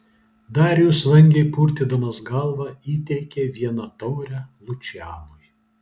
darijus vangiai purtydamas galvą įteikė vieną taurę lučianui